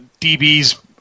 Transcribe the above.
DBs